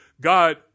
God